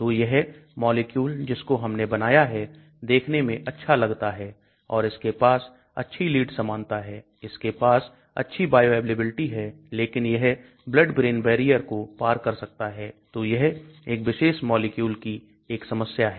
तो यह मॉलिक्यूल जिसको हमने बनाया है देखने में अच्छा लगता है और इसके पास अच्छी लीड समानता हैं इसके पास अच्छी बायोअवेलेबिलिटी है लेकिन यह blood brain barrier को पार कर सकता है तो यह इस विशेष मॉलिक्यूल की एक समस्या है